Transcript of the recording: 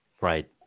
Right